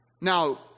Now